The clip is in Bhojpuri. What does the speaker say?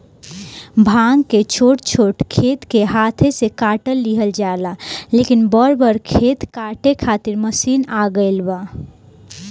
भांग के छोट छोट खेत के हाथे से काट लिहल जाला, लेकिन बड़ बड़ खेत काटे खातिर मशीन आ गईल बा